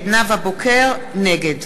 נאוה בוקר, נגד